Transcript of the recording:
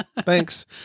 Thanks